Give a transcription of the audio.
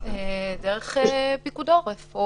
דרך פיקוד העורף.